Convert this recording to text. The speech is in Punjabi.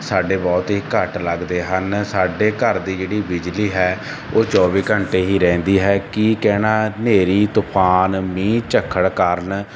ਸਾਡੇ ਬਹੁਤ ਹੀ ਘੱਟ ਲੱਗਦੇ ਹਨ ਸਾਡੇ ਘਰ ਦੀ ਜਿਹੜੀ ਬਿਜਲੀ ਹੈ ਉਹ ਚੌਵੀ ਘੰਟੇ ਹੀ ਰਹਿੰਦੀ ਹੈ ਕੀ ਕਹਿਣਾ ਹਨੇਰੀ ਤੂਫਾਨ ਮੀਂਹ ਝੱਖੜ ਕਾਰਨ